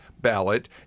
ballot